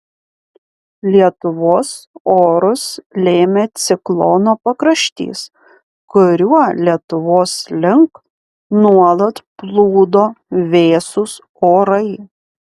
lietuvos orus lėmė ciklono pakraštys kuriuo lietuvos link nuolat plūdo vėsūs orai